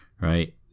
right